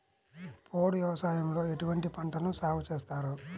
పోడు వ్యవసాయంలో ఎటువంటి పంటలను సాగుచేస్తారు?